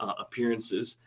appearances